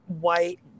white